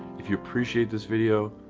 if you appreciate this video.